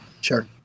Sure